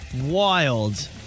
Wild